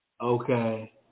Okay